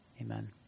Amen